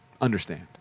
understand